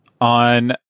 on